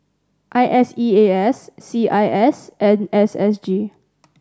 I S E A S C I S and S S G